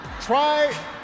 try